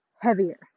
heavier